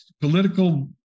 political